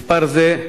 מספר זה,